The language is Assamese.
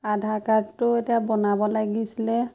আধাৰ কাৰ্ডটো এতিয়া বনাব লাগিছিলে